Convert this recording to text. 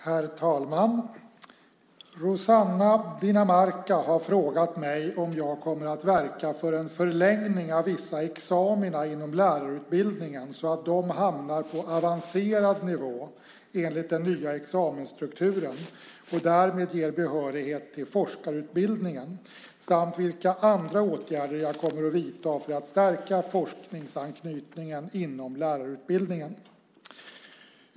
Herr talman! Rossana Dinamarca har frågat mig om jag kommer att verka för en förlängning av vissa examina inom lärarutbildningen så att de hamnar på avancerad nivå enligt den nya examensstrukturen och därmed ger behörighet till forskarutbildningen, samt vilka andra åtgärder jag kommer att vidta för att stärka forskningsanknytningen inom lärarutbildningen.